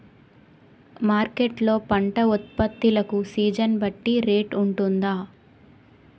Market లొ పంట ఉత్పత్తి లకు సీజన్ బట్టి రేట్ వుంటుందా?